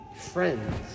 friends